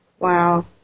Wow